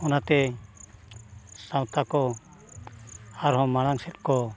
ᱚᱱᱟᱛᱮ ᱥᱟᱶᱛᱟ ᱠᱚ ᱟᱨᱦᱚᱸ ᱢᱟᱲᱟᱝ ᱥᱮᱫ ᱠᱚ